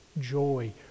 joy